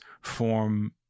form